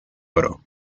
oro